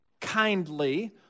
kindly